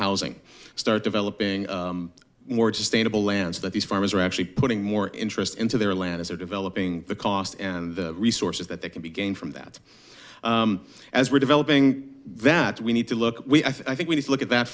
housing start developing more sustainable lands that these farmers are actually putting more interest into their land as they're developing the cost and the resources that they can be gained from that as we're developing that we need to look i think we need to look at that